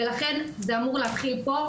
ולכן זה אמור להתחיל פה,